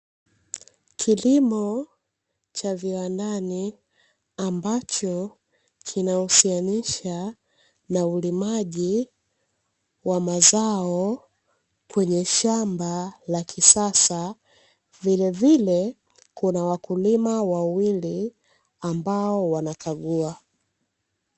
Kilimo cha ndani ,ambacho kinausika na ulimaji wa mazao ya shamba la kisasa.